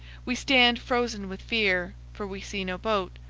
we stand frozen with fear, for we see no boat.